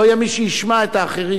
לא יהיה מי שישמע את האחרים.